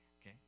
okay